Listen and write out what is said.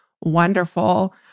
wonderful